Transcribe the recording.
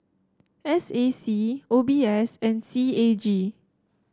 S A C O B S and C A G